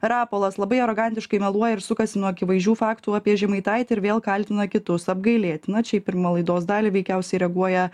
rapolas labai arogantiškai meluoja ir sukasi nuo akivaizdžių faktų apie žemaitaitį ir vėl kaltina kitus apgailėtina čia į pirmą laidos dalį veikiausiai reaguoja